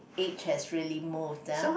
age has really moved uh